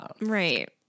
right